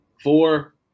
Four